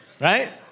Right